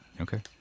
Okay